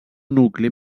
nucli